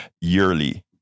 yearly